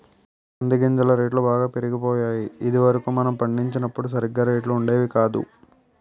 కంది గింజల రేట్లు బాగా పెరిగిపోయాయి ఇది వరకు మనం పండించినప్పుడు సరిగా రేట్లు ఉండేవి కాదు